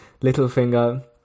Littlefinger